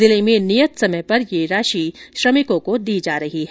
जिले में नियत समय पर ये राशि श्रमिकों को दी जा रही है